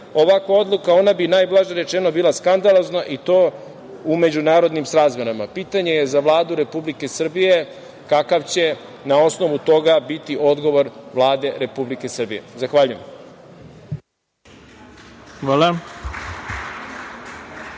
ovakva odluka, ona bi najblaže rečeno bila skandalozna i to u međunarodnim razmerama. Pitanje je za Vladu Republike Srbije - kakav će na osnovu toga biti odgovor Vlade Republike Srbije? Zahvaljujem.